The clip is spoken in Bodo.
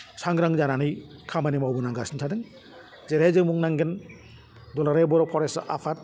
सांग्रां जानानै खामानि मावबोनांगासिनो थादों जेरैहाय जों बुंनांगोन दुलाराय बर' फरायसा आफाद